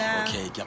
okay